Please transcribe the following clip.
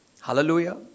Hallelujah